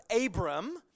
Abram